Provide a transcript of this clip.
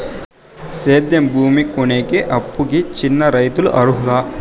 సేద్యం భూమి కొనేకి, అప్పుకి చిన్న రైతులు అర్హులా?